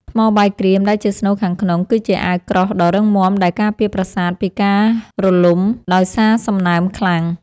ថ្មបាយក្រៀមដែលជាស្នូលខាងក្នុងគឺជាអាវក្រោះដ៏រឹងមាំដែលការពារប្រាសាទពីការរលំដោយសារសំណើមខ្លាំង។